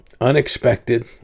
unexpected